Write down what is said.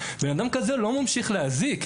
אדם כזה לא ממשיך להזיק.